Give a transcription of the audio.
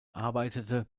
arbeitete